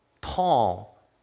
Paul